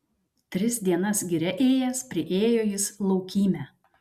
tris dienas giria ėjęs priėjo jis laukymę